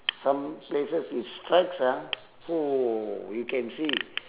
some places it strikes ah !woo! you can see